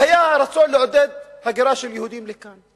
והיה רצון לעודד הגירה של יהודים לכאן,